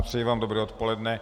Přeji vám dobré odpoledne.